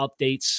updates